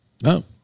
No